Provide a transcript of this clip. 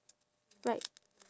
right